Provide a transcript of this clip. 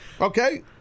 Okay